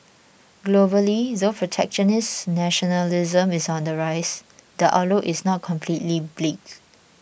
globally though protectionist nationalism is on the rise the outlook is not completely bleak